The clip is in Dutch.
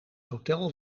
hotel